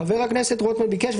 חבר הכנסת רוטמן ביקש,